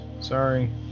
sorry